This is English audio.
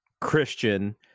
Christian